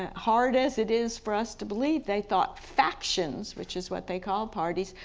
ah hard as it is for us to believe, they thought factions, which is what they called parties,